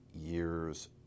years